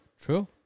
True